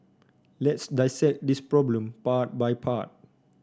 let's dissect this problem part by part